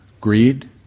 greed